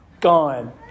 Gone